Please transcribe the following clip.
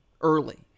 early